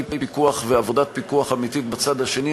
פיקוח ועבודת פיקוח אמיתית מהצד השני.